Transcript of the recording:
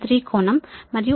3 కోణం మరియు ఈ కరెంట్ 279